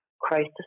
crisis